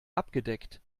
abgedeckt